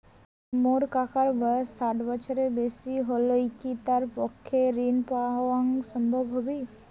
মোর কাকার বয়স ষাট বছরের বেশি হলই কি তার পক্ষে ঋণ পাওয়াং সম্ভব হবি?